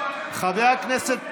חבר הכנסת פרוש,